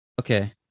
Okay